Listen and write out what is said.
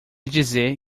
dizer